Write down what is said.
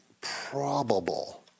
probable